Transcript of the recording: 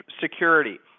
security